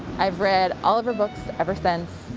i've read all of her books ever since.